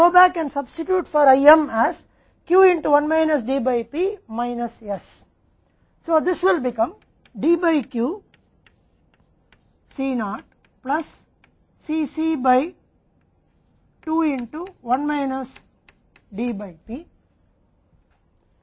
अब हमारे पास यह अभिव्यक्ति है हम इस अभिव्यक्ति को पहले s के संबंध में आंशिक रूप से भिन्न कर सकते हैं और फिर s के लिए एक समीकरण या मान प्राप्त कर सकते हैं